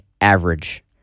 average